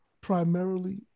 primarily